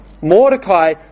Mordecai